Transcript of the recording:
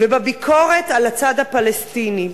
ובביקורת על הצד הפלסטיני.